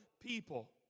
people